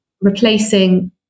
replacing